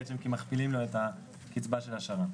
כי מכפילים לו את הקצבה של השר"מ.